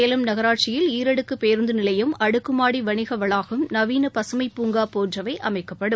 சேலம் நகராட்சியில் ஈரடுக்கு பேருந்து நிலையம் அடுக்குமாடி வணிக வளாகம் நவீன பசுமை பூங்கா போன்றவை அமைக்கப்படும்